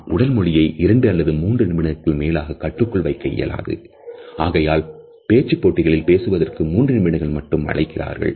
ஆகையால் பேச்சுப் போட்டிகளில் பேசுவதற்கு மூன்று நிமிடங்கள் மட்டும் அனுமதிக்கிறார்கள்